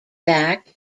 fact